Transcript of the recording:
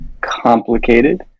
complicated